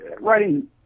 writing